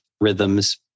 rhythms